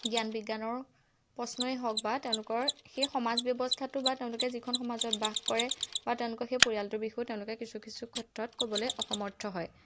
জ্ঞান বিজ্ঞানৰ প্ৰশ্নই হওক বা তেওঁলোকৰ সেই সমাজ ব্যৱস্থাটো বা তেওঁলোকে যিখন সমাজত বাস কৰে বা তেওঁলোকক সেই পৰিয়ালটোৰ বিষয়েও তেওঁলোকে কিছু কিছু ক্ষেত্ৰত ক'বলৈ অসমৰ্থ হয়